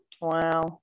wow